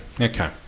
okay